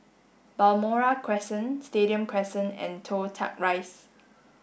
Balmoral Crescent Stadium Crescent and Toh Tuck Rise